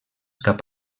cap